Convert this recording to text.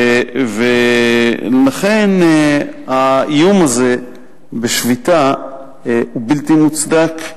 ולכן האיום הזה בשביתה הוא בלתי מוצדק.